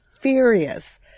furious